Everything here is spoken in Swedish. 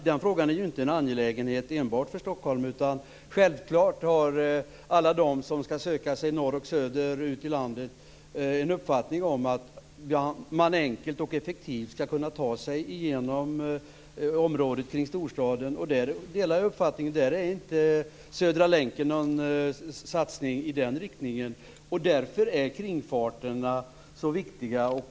Den frågan är ju inte en angelägenhet enbart för Stockholm. Självklart har alla de som skall söka sig norrut och söderut i landet en uppfattning om att man enkelt och effektivt skall kunna ta sig genom området kring storstaden. Jag delar uppfattningen att Södra länken inte är någon satsning i den riktningen. Därför är kringfarterna så viktiga.